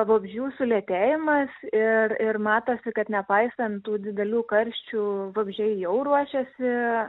vabzdžių sulėtėjimas ir ir matosi kad nepaisant tų didelių karščių vabzdžiai jau ruošiasi